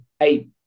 eight